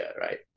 right